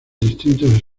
distintos